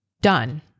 Done